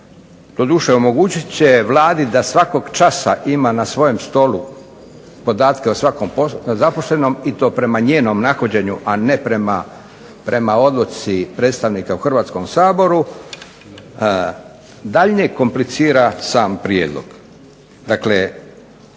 doduše omogućit će Vladi da svakog časa ima na svojem stolu podatke o svakom zaposlenom i to prema njenom nahođenju, a ne prema odluci predstavnika u Hrvatskom saboru daljnje komplicira sam prijedlog.